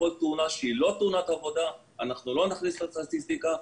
כל תאונה שהיא לא תאונת עבודה לא נכניס לסטטיסטיקה.